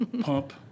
pump